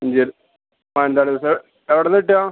Manjeri Manjali bus എവിടുന്നാണ് കിട്ടുക